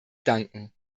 danken